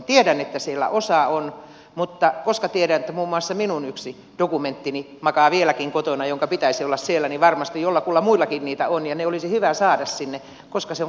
tiedän että siellä osa on mutta koska tiedän että muun muassa minun yksi dokumenttini jonka pitäisi olla siellä makaa vieläkin kotona niin varmasti joillakuilla muillakin niitä on ja ne olisi hyvä saada sinne koska se on